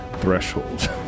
threshold